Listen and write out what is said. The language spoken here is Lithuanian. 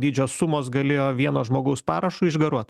dydžio sumos galėjo vieno žmogaus parašu išgaruot